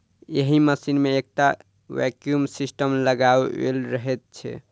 एहि मशीन मे एकटा वैक्यूम सिस्टम लगाओल रहैत छै